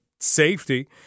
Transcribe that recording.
Safety